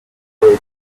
aurait